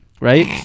right